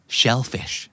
shellfish